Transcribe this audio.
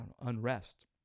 unrest